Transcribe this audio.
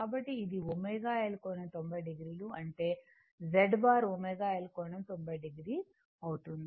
కాబట్టి ఇది ω L కోణం 90 o అంటే Z బార్ ω L కోణం 90 o అవుతుంది